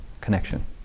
connection